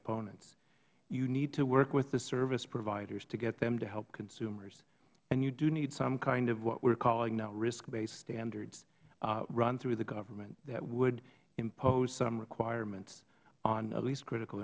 opponents you need to work with the service providers to get them to help consumers and you do need some kind of what we are calling now risk standards run through the government that would impose some requirements on at least critical